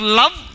love